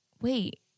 wait